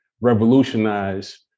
revolutionize